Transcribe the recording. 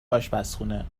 اشپزخونه